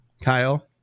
kyle